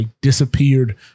disappeared